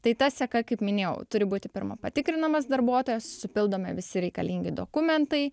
tai ta seka kaip minėjau turi būti pirma patikrinamas darbuotojas supildomi visi reikalingi dokumentai